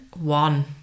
one